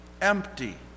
empty